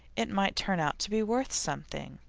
it might turn out to be worth something.